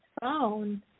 phone